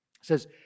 says